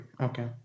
Okay